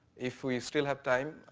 if we still have time,